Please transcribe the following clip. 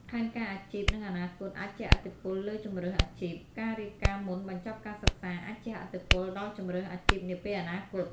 ផែនការអាជីព និងអនាគត អាចជះឥទ្ធិពលលើជម្រើសអាជីព: ការរៀបការមុនបញ្ចប់ការសិក្សាអាចជះឥទ្ធិពលដល់ជម្រើសអាជីពនាពេលអនាគត។